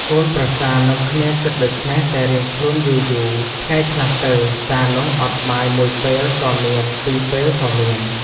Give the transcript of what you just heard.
កូនប្រសានាំគ្នាគិតដូច្នេះតែរៀងខ្លួនយូរៗថ្ងៃខ្លះទៅតានោះអត់បាយ ១ពេលក៏មាន ២ពេល ក៏មាន។